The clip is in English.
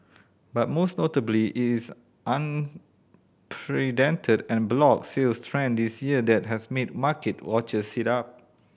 but most notably it is unprecedented en bloc sales trend this year that has made market watchers sit up